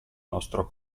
nostro